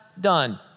done